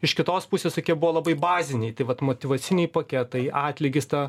iš kitos pusės tokie buvo labai baziniai tai vat motyvaciniai paketai atlygis ta